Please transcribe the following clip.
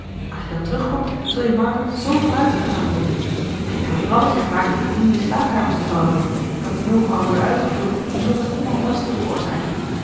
als je dan terugkomt zul je margaret zoo vooruitgegaan vinden en ik heb een plannetje gemaakt om jelui slaapkamers te veranderen dat nu ook kan worden uitgevoerd zonder iemand last te veroorzaken